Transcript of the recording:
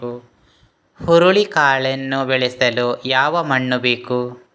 ಹುರುಳಿಕಾಳನ್ನು ಬೆಳೆಸಲು ಯಾವ ಮಣ್ಣು ಬೇಕು?